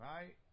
Right